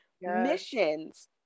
missions